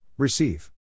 Receive